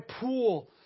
pool